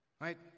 right